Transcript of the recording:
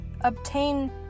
obtain